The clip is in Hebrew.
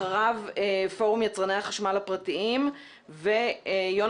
אחריו פורום יצרני החשמל הפרטיים ואחר